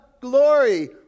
glory